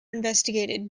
investigated